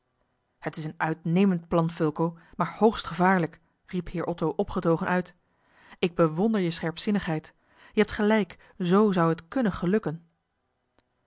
t is een uitnemend plan fulco maar hoogst gevaarlijk riep heer otto opgetogen uit ik bewonder je scherpzinnigheid je hebt gelijk z zou het kunnen gelukken